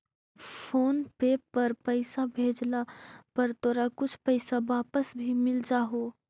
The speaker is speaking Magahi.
फोन पे पर से पईसा भेजला पर तोरा कुछ पईसा वापस भी मिल जा हो